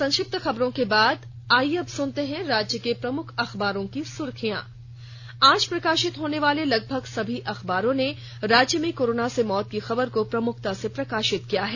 अखबारों की सुर्खियां और आईये अब सुनते हैं राज्य के प्रमुख अखबारों की सुर्खियां आज प्रकाशित होनेवाले लगभग सभी अखबारों ने राज्य में कोरोना से मौत की खबर को प्रमुखता से प्रकाशित किया है